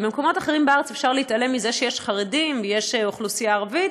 אם במקומות אחרים בארץ אפשר להתעלם מזה שיש חרדים ויש אוכלוסייה ערבית,